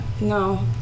no